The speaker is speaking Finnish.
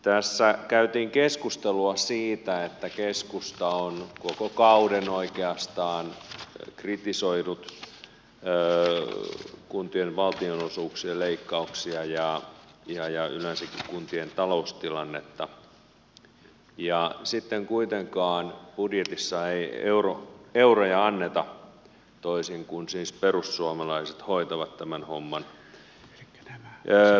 tässä käytiin keskustelua siitä että keskusta on koko kauden oikeastaan kritisoinut kuntien valtionosuuksien leikkauksia ja yleensäkin kuntien taloustilannetta ja sitten kuitenkaan budjetissa ei euroja anneta toisin kuin siis perussuomalaiset hoitavat tämän homman